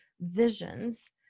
visions